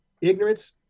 Ignorance